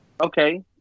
okay